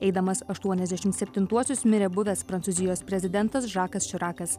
eidamas aštuoniasdešimt septintuosius mirė buvęs prancūzijos prezidentas žakas širakas